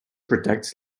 protects